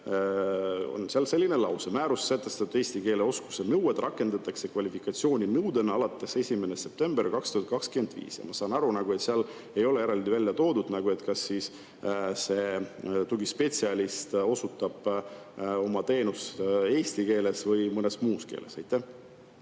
on seal selline lause, et määruses sätestatud eesti keele oskuse nõuet rakendatakse kvalifikatsiooninõudena alates 1. septembrist 2025. Ma saan aru, et seal ei ole eraldi välja toodud, kas see tugispetsialist osutab oma teenust eesti keeles või mõnes muus keeles.